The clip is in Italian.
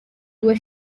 due